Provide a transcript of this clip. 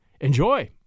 Enjoy